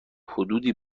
حدودی